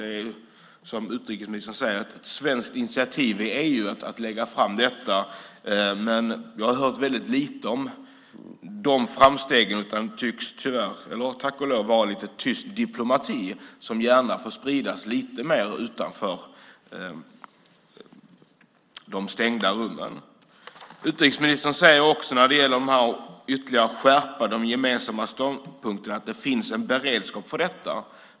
Som utrikesministern säger var detta ett svenskt initiativ i EU, men vi har hört väldigt lite om framstegen. Det tycks tyvärr, eller tack och lov, handla om tyst diplomati. Den får gärna spridas lite mer utanför de stängda rummen. Utrikesministern säger att det finns en beredskap för att ytterligare skärpa den gemensamma ståndpunkten.